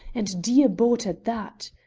and dear bought at that,